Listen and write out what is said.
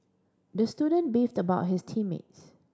the student beefed about his team mates